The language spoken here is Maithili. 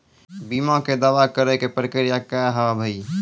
बीमा के दावा करे के प्रक्रिया का हाव हई?